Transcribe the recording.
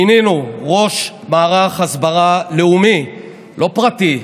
מינינו ראש מערך הסברה לאומי, לא פרטי,